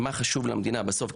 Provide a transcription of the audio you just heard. מה חשוב למדינה בסוף,